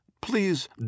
Please